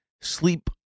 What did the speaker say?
sleep